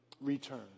return